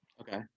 okay